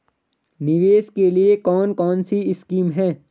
निवेश के लिए कौन कौनसी स्कीम हैं?